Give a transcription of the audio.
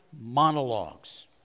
monologues